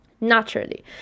naturally